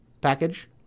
package